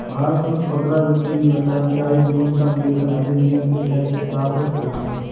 भारत में खुदरा बिक्री में कर्मचारी न्यूनतम वेतन अधिनियम के तहत शासित होते है